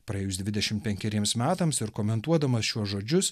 praėjus dvidešim penkeriems metams ir komentuodamas šiuos žodžius